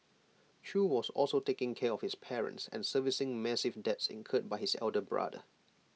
chew was also taking care of his parents and servicing massive debts incurred by his elder brother